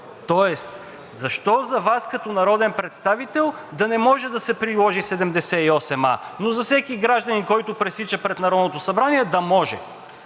тоест защо за Вас като народен представител да не може да се приложи чл. 78а, но за всеки гражданин, който пресича пред Народното събрание, да може?